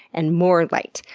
and more light.